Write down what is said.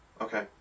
okay